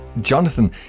Jonathan